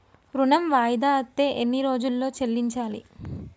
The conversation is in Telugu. ఋణం వాయిదా అత్తే ఎన్ని రోజుల్లో చెల్లించాలి?